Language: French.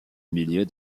milieu